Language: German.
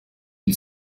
die